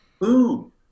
boom